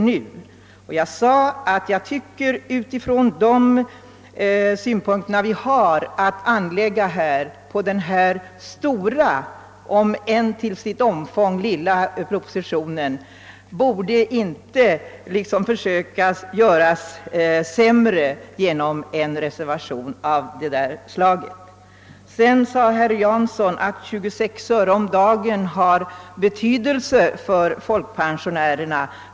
Med utgångspunkt från de synpunkter vi har att anlägga på denna stora om än till sitt omfång lilla proposition tycker jag — säsom jag förut framhöll — att man inte borde försöka göra förslaget sämre genom en reservation av detta slag. Herr Jansson sade att 26 öre om dagen har betydelse för folkpensionärerna.